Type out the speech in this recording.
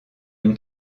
une